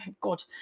God